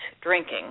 drinking